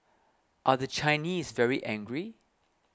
are the Chinese very angry